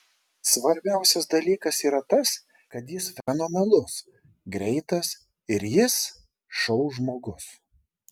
svarbiausias dalykas yra tas kad jis fenomenalus greitas ir jis šou žmogus